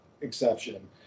exception